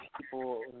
people